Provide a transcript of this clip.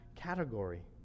category